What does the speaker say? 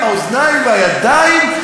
את האוזניים ואת הידיים,